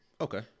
Okay